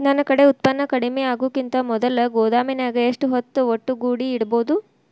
ನನ್ ಕಡೆ ಉತ್ಪನ್ನ ಕಡಿಮಿ ಆಗುಕಿಂತ ಮೊದಲ ಗೋದಾಮಿನ್ಯಾಗ ಎಷ್ಟ ಹೊತ್ತ ಒಟ್ಟುಗೂಡಿ ಇಡ್ಬೋದು?